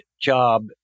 job